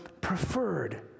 preferred